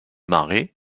marais